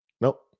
Nope